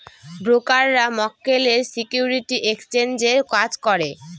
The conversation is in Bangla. ব্রোকাররা মক্কেলের সিকিউরিটি এক্সচেঞ্জের কাজ করে